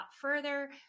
further